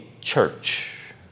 church